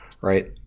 right